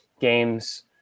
games